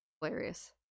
Hilarious